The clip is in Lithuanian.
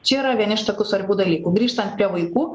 čia yra vieni iš tokių svarbių dalykų grįžtant prie vaikų